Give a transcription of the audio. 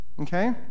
okay